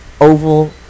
oval